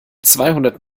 zweihundert